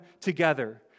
together